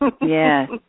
Yes